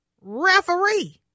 referee